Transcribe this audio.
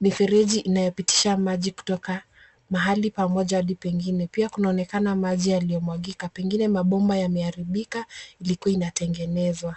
mifereji inayopitisha maji kutoka mahali pamoja hadi pengine, pia kunaonekana maji yaliyomwagika pengine mabomba yameharibika ilikuwa inatengenezwa.